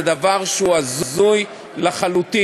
זה דבר שהוא הזוי לחלוטין,